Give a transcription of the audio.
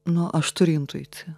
nu aš turiu intuiciją